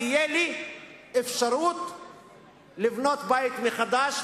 תהיה לי אפשרות לבנות בית מחדש,